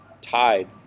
tied